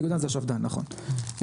איגודן זה השפדן נכון,